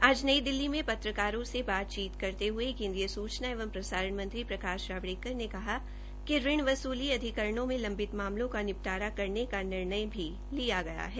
आज नई दिल्ली में पत्रकारों से बातचीत करते हये केन्द्रीय सुचना एवं प्रसारण मंत्री प्रकाश जावड़ेकर ने कहा कि ऋण वसूली अधिकरणों में लम्बित मामलों का निपटारा करने का निर्णय भी लिया गया है